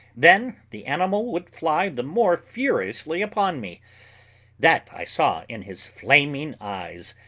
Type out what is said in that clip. then the animal would fly the more furiously upon me that i saw in his flaming eyes.